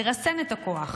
לרסן את הכוח,